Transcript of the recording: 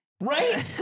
right